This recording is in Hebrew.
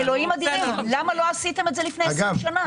אלוהים אדירים, למה לא עשיתם את זה לפני 20 שנה?